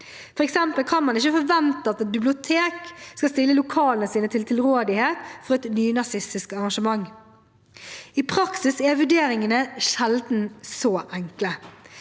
For eksempel kan man ikke forvente at et bibliotek skal stille lokalene sine til rådighet for et nynazistisk arrangement. I praksis er vurderingene sjelden så enkle.